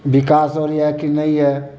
विकास हो रहय यऽ कि नहि यऽ